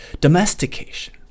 domestication